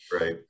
Right